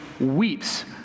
weeps